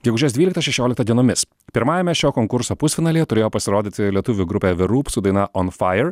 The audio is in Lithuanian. gegužės dvyliktą šešioliktą dienomis pirmajame šio konkurso pusfinalyje turėjo pasirodyti lietuvių grupė the roop su daina on fire